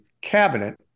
cabinet